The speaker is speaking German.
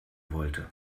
wollte